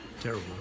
Terrible